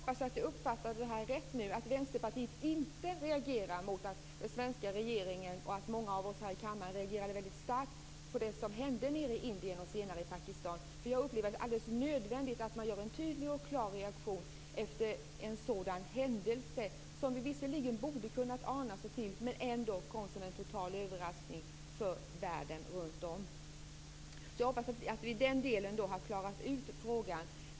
Fru talman! Jag hoppas att jag uppfattade det rätt nu, att Vänsterpartiet inte är kritiskt mot att den svenska regeringen och många av oss här i kammaren reagerade väldigt starkt på det som hände i Indien och senare i Pakistan. Jag upplever att det är helt nödvändigt att visa en klar reaktion efter en sådan händelse, som vi visserligen borde ha kunnat ana oss till men som ändå kom som en total överraskning för världen runt om. Jag hoppas att vi i den delen har klarat ut frågan.